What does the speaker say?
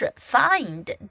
find